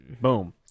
boom